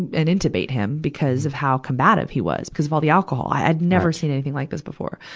and intubate him because of how combative he was, because of all the alcohol. i had never seen anything like this before.